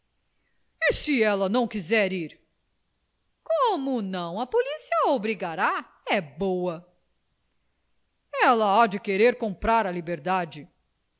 se ela não quiser ir como não a polícia a obrigará é boa ela há de querer comprar a liberdade